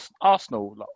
Arsenal